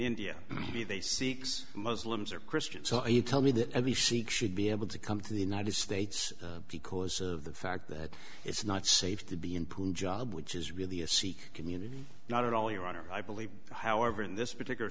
india be they sikhs muslims or christians so you tell me that every sikh should be able to come to the united states because of the fact that it's not safe to be in punjab which is really a sikh community not at all your honor i believe however in this particular